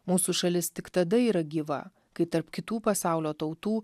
mūsų šalis tik tada yra gyva kai tarp kitų pasaulio tautų